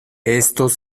estos